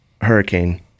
Hurricane